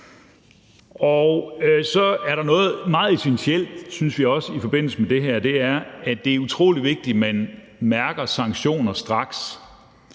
ud. Så er der også noget meget essentielt, synes vi, i forbindelse med det her, og det er, at det er utrolig vigtigt, at man mærker sanktioner straks.